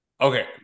Okay